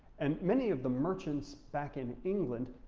and many of the merchants back in england,